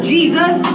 Jesus